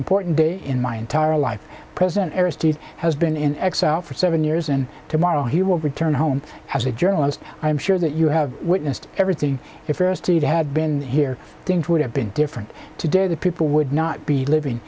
important day in my entire life president era steve has been in exile for seven years and tomorrow he will return home as a journalist i'm sure that you have witnessed everything it first to you had been here things would have been different today the people would not be living